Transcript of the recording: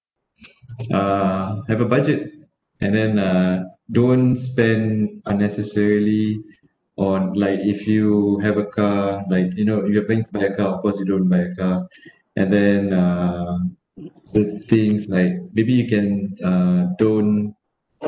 uh have a budget and then uh don't spend unnecessarily on like if you have a car like you know you are paying for that car of course you don't buy a car and then uh third things like maybe you can uh don't